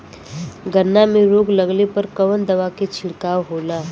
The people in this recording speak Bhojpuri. गन्ना में रोग लगले पर कवन दवा के छिड़काव होला?